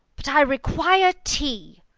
but i require tea!